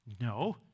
No